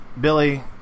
Billy